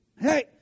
hey